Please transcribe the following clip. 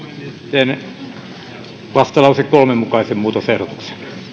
teen vastalauseen kolmen mukaisen muutosehdotuksen